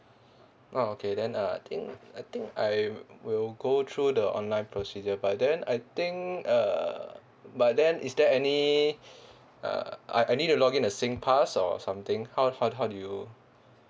oh okay then uh I think I think I will go through the online procedure but then I think uh but then is there any uh I I need to log in the singpass or something how how how do you